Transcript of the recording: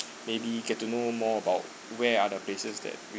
maybe we get to know more about where are the places that